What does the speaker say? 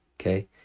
okay